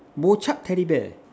teddy bear